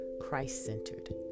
Christ-centered